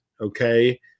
Okay